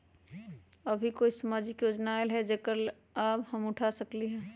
अभी कोई सामाजिक योजना आयल है जेकर लाभ हम उठा सकली ह?